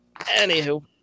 Anywho